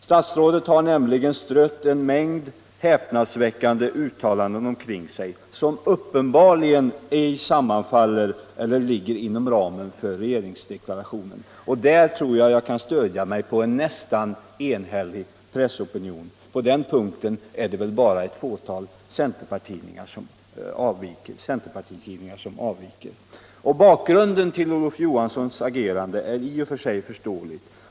Statsrådet Johansson har nämligen strött en mängd häpnadsväckande uttalanden omkring sig som uppenbarligen ej sammanfaller med eller ligger inom ramen för regeringsdeklarationen. Där tror jag att jag kan stödja mig på en nästan enhällig pressopinion. På den punkten är det väl bara ett fåtal centerpartitidningar som avviker. Bakgrunden till Olof Johanssons agerande är i och för sig förståelig.